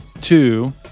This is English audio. two